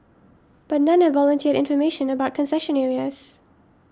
but none have volunteered information about concession areas